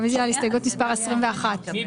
רוויזיה על הסתייגות מס' 58. מי